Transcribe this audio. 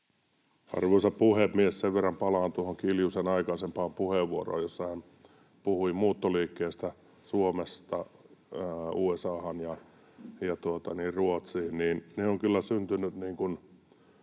Arvoisa puhemies! Sen verran palaan tuohon Kiljusen aikaisempaan puheenvuoroon, jossa hän puhui muuttoliikkeestä Suomesta USA:han ja Ruotsiin, että ne ovat kyllä syntyneet